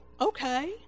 okay